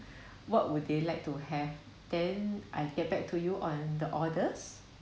what would they like to have then I get back to you on the orders